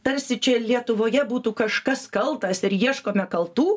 tarsi čia lietuvoje būtų kažkas kaltas ir ieškome kaltų